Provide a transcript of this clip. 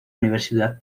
universidad